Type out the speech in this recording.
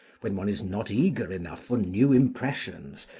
when one is not eager enough for new impressions,